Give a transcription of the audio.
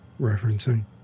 referencing